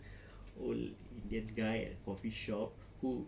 old indian guy at the coffee shop who